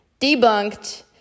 Debunked